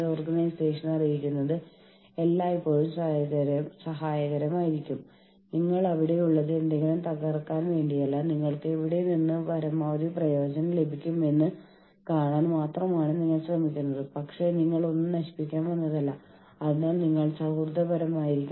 union നമ്മളുടെ ജീവനക്കാരിൽ വിഘാതകരമായ സ്വാധീനം ചെലുത്തുമെന്ന് നമ്മൾ ഭയപ്പെടുമ്പോൾ അല്ലെങ്കിൽ നമ്മളുടെ തൊഴിലാളികളുടെ നിയന്ത്രണം ഒരു യൂണിയന് നമ്മളിൽ നിന്ന് നഷ്ടപ്പെടുമെന്ന് ഭയപ്പെടുമ്പോൾ യൂണിയൻ ഒഴിവാക്കൽ തന്ത്രം നമ്മൾ തിരഞ്ഞെടുക്കുന്നു